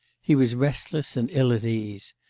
he was restless and ill at ease.